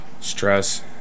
stress